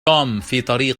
طريقي